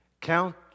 Count